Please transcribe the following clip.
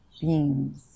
beams